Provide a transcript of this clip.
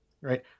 right